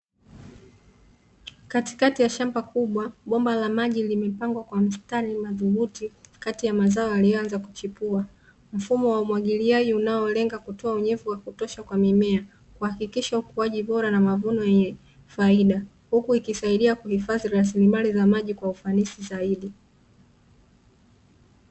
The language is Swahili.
Katikati ya shamba kubwa, bomba la maji limepangwa kwa mstari madhubuti kati ya mazao yaliyoanza kuchipua. Mfumo wa umwagiliaji unaolenga kutoa unyevu wa kutosha wa mimea kuhakikisha ukuaji bora wa mavuno na faida, huku ikisaidia kuhifadhi rasilimali kwa ufanisi zaidi.